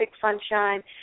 Sunshine